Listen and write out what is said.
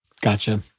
Gotcha